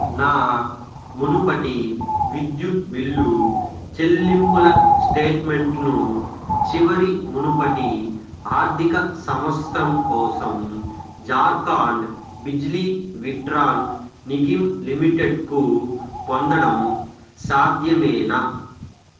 నా మునుపటి విద్యుత్ బిల్లు చెల్లింపుల స్టేట్మెంట్ను చివరి మునుపటి ఆర్థిక సంవత్సరం కోసం ఝార్ఖండ్ బిజ్లీ విట్రాన్ నిగమ్ లిమిటెడ్కు పొందడం సాధ్యమేనా